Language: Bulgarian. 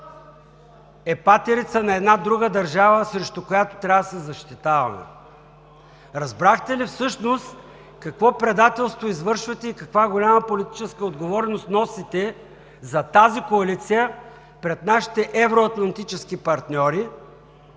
е патерица на една друга държава, срещу която трябва да се защитаваме? Разбрахте ли всъщност какво предателство извършвате и каква голяма политическа отговорност носите за тази коалиция пред нашите евроатлантически партньори